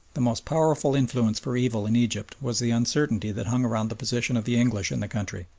the most powerful influence for evil in egypt was the uncertainty that hung around the position of the english in the country.